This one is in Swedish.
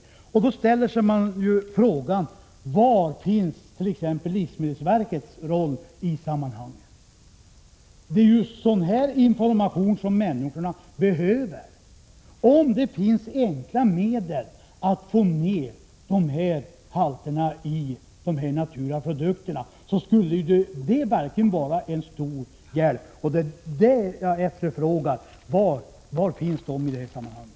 Man kan då ställa frågan: Vilken roll har exempelvis livsmedelsverket i sammanhanget? Det är ju sådan information människorna behöver. Om det finns enkla medel att få ned halterna i de produkter människor tar från naturen skulle det verkligen vara en stor hjälp. Jag frågar alltså: Var finns informationen om sådan hjälp?